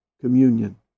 communion